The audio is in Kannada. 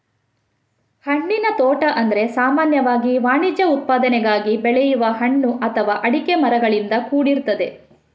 ಹಣ್ಣಿನ ತೋಟ ಅಂದ್ರೆ ಸಾಮಾನ್ಯವಾಗಿ ವಾಣಿಜ್ಯ ಉತ್ಪಾದನೆಗಾಗಿ ಬೆಳೆಯುವ ಹಣ್ಣು ಅಥವಾ ಅಡಿಕೆ ಮರಗಳಿಂದ ಕೂಡಿರ್ತದೆ